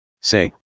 Say